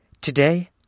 Today